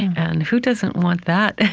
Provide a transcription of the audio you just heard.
and who doesn't want that?